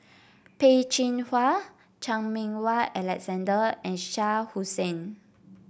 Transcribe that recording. Peh Chin Hua Chan Meng Wah Alexander and Shah Hussain